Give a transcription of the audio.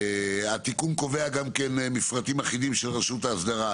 התיקון קובע גם מפרטים אחידים של רשות האסדרה.